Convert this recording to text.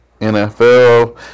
NFL